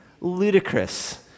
ludicrous